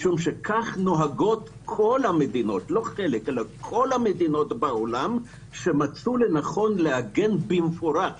משום שכך נוהגות כל המדינות בעולם שמצאו לנכון לעגן במפורש